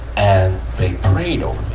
and they prayed over